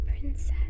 princess